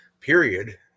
period